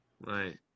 right